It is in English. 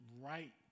right